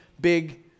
big